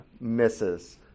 misses